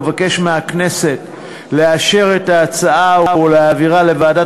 אבקש מהכנסת לאשר את ההצעה ולהעבירה לוועדת